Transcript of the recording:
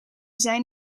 zijn